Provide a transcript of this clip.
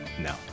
no